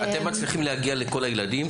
אתם מצליחים להגיע לכל הילדים?